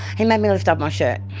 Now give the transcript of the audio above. he made me lift up my shirt